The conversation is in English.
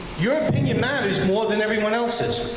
your opinion matters more than everyone else's.